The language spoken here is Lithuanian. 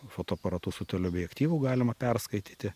fotoaparatu su teleobjektyvu galima perskaityti